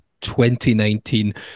2019